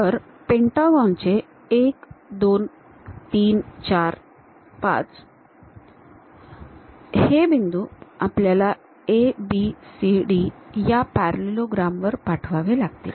तर पेंटागॉनचे 1 2 3 4 5 हे बिंदू आपल्याला ABCD या पॅरॅलिलोग्रॅम वर पाठवावे लागतील